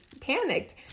panicked